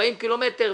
40 קילומטרים,